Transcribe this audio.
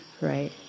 right